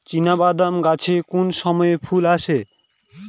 চিনাবাদাম গাছে কোন সময়ে ফুল আসে?